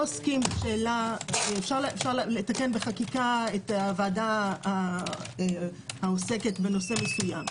אפשר לתקן בחקיקה את הוועדה העוסקת בנושא מסוים.